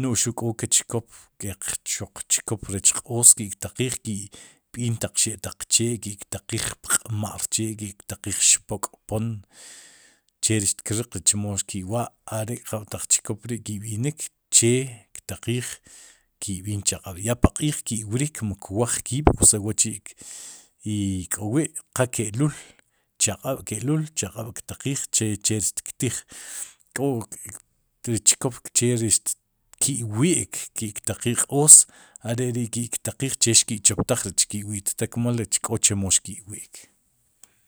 nój xuq k'o ke chkop keq chkop rech q'oos ki' ktaaqiij, ki'b'iin taq xe'taq chee'ki'ktaqiij pmq'ma'r chee ki'ktaqiij xpok'pom che ri xtkriq chemo xki'wa are jab'ik taq chkop ri'ki'b'inik che ktaqiij ki'b'inikm chaq'ab' ya paq'iik ki'wrik mu kwaj kiib' o se wa'chi' ik'o wi'qa ke'luul chaq'ab'ke'luul chaq'ab'ktaqiij che che ri xtktiij k'o ri chkop che ri ki'wi'k ki'ktaqiij q'oos are ri ki'ktaqiij che xki'choptaj rech xki'wi'ttaj kmal rech k'o chemo xki'wi'k.